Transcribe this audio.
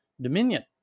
dominion